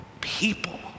people